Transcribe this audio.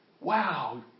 Wow